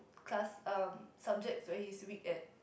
class um subjects where he's weak at